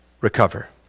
recover